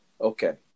Okay